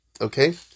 okay